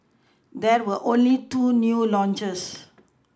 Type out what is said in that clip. there were only two new launches